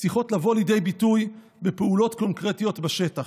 צריכות לבוא לידי ביטוי בפעולות קונקרטיות בשטח.